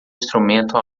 instrumento